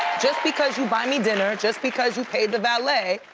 just because you buy me dinner. just because you paid the valet,